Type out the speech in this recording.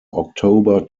october